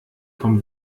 vom